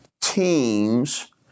teams